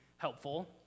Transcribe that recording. Helpful